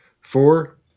Four